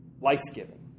life-giving